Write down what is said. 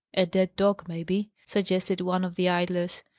a dead dog, maybe, suggested one of the idlers.